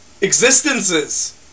existences